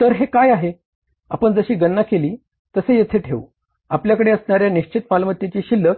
तर हे काय आहे आपण जशी गणना केली तसे येथे ठेवू आपल्याकडे असणाऱ्या निश्चित मालमत्तेची शिल्लक